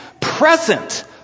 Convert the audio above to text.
present